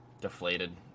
deflated